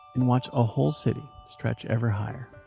and watch a whole city stretch ever higher